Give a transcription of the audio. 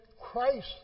Christ